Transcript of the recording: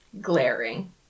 Glaring